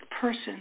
person